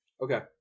Okay